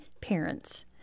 parents